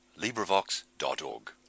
LibriVox.org